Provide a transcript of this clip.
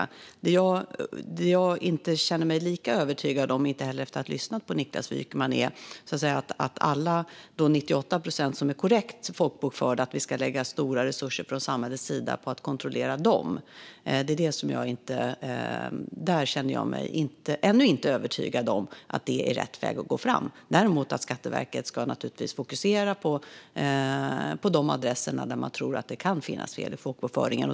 Men det jag inte känner mig lika övertygad om - inte heller efter att ha lyssnat på Niklas Wykman - är att vi ska lägga stora resurser från samhällets sida på att kontrollera alla de 98 procent som är korrekt folkbokförda. Jag känner mig ännu inte övertygad om att det är rätt väg att gå fram. Däremot ska Skatteverket naturligtvis fokusera på de adresser där man tror att det kan finnas fel i folkbokföringen.